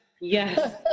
yes